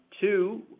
Two